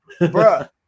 Bruh